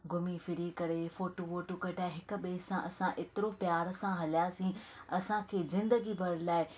घुमी फिरी करे फोटू वोटू कढाहे हिक ॿिए सां असां एतिरो प्यार सां असां हलियासीं असांखे ज़िंदगी भर लाइ